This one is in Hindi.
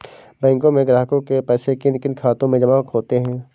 बैंकों में ग्राहकों के पैसे किन किन खातों में जमा होते हैं?